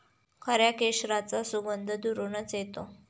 खऱ्या केशराचा सुगंध दुरूनच येतो